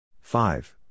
Five